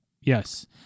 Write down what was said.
Yes